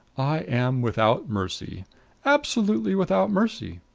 i am without mercy absolutely without mercy!